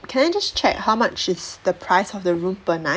can I just check how much is the price of the room per night